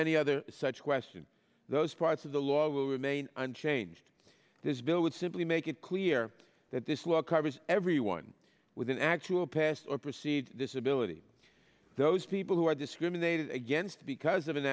any other such questions those parts of the law will remain unchanged this bill would simply make it clear that this law covers everyone with an actual past or proceed this ability those people who are discriminated against because of an